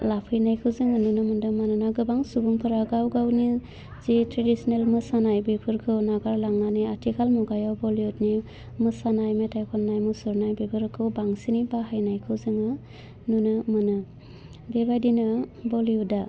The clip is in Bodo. लाफैनायखौ जोङो नुनो मोन्दों मानोना गोबां सुबुंफोरा गावगावनि जे ट्रेडिसनेल मोसानाय बेफोरखौ नागारलांनानै आथिखाल मुगायाव बलीयुदनि मोसानाय मेथाइ खन्नाय मुसुरनाय बेफोरखौ बांसिनै बाहायनायखौ जोङो नुनो मोनो बेबायदिनो बलीयुदआ